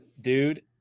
dude